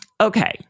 okay